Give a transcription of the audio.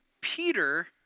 Peter